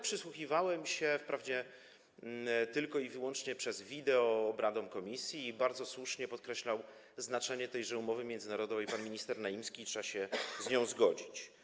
Przysłuchiwałem się, wprawdzie tylko i wyłącznie nagraniu wideo, obradom komisji i bardzo słusznie podkreślał znaczenie tejże umowy międzynarodowej pan minister Naimski, i trzeba się z tym zgodzić.